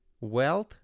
Wealth